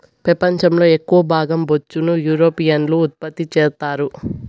పెపంచం లో ఎక్కవ భాగం బొచ్చును యూరోపియన్లు ఉత్పత్తి చెత్తారు